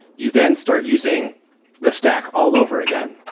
you then start using the stack all over again.